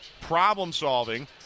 problem-solving